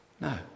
No